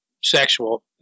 sexual